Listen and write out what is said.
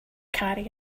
carry